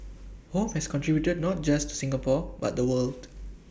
home has contributed not just to Singapore but the world